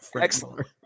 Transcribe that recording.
Excellent